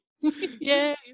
Yay